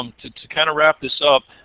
um to to kind of wrap this up,